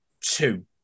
two